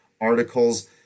articles